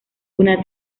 una